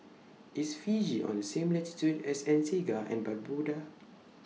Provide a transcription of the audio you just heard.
IS Fiji on The same latitude as Antigua and Barbuda